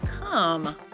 Come